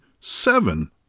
seven